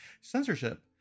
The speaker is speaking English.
Censorship